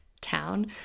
town